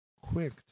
quick